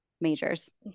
majors